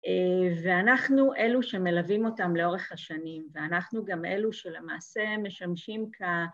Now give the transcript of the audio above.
ואנחנו אלו שמלווים אותם לאורך השנים, ואנחנו גם אלו שלמעשה משמשים כ...